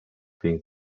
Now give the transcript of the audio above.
being